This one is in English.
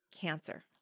cancer